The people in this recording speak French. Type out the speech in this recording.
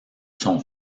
son